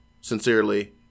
sincerely